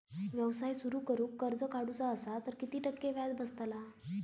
व्यवसाय सुरु करूक कर्ज काढूचा असा तर किती टक्के व्याज बसतला?